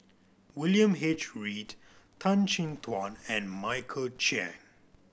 William H Read Tan Chin Tuan and Michael Chiang